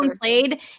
played